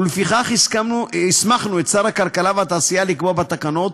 ולפיכך הסמכנו את שר הכלכלה והתעשייה לקבוע בתקנות,